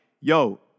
yo